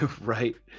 Right